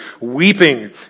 weeping